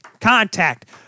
contact